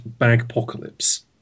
bagpocalypse